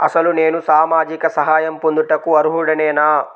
అసలు నేను సామాజిక సహాయం పొందుటకు అర్హుడనేన?